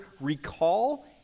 recall